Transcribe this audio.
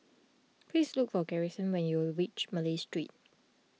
please look for Garrison when you reach Malay Street